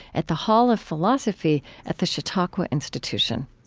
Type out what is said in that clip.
at the hall of philosophy at the chautauqua institution